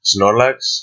Snorlax